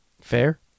Fair